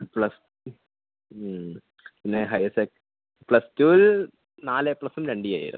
plus two പിന്നെ higher പ്ലസ്ടൂല് നാല് എ പ്ലസ്സും രണ്ട് എ ആയിരുന്നു